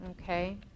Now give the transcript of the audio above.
Okay